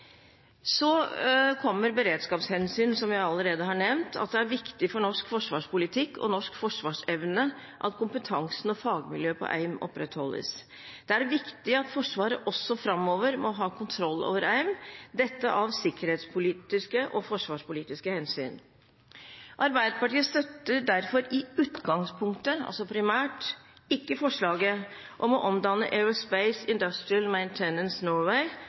Så kommer beredskapshensyn, som jeg allerede har nevnt – at det er viktig for norsk forsvarspolitikk og norsk forsvarsevne at kompetansen og fagmiljøet på AIM opprettholdes. Det er viktig at Forsvaret også framover må ha kontroll over AIM, dette av sikkerhetspolitiske og forsvarspolitiske hensyn. Arbeiderpartiet støtter derfor i utgangspunktet, altså primært, ikke forslaget om å omdanne Aerospace Industrial Maintenance Norway